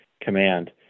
Command